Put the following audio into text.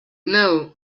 know